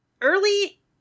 early